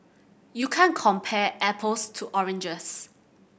you can't compare apples to oranges